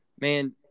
man –